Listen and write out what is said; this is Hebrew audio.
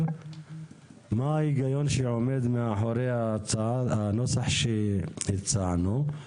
מה ההיגיון שעומד מאחורי הנוסח שהצענו.